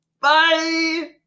bye